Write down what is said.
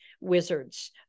wizards